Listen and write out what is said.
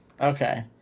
Okay